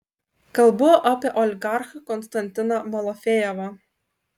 kalbu apie oligarchą konstantiną malofejevą